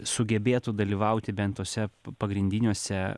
sugebėtų dalyvauti bent tuose pagrindiniuose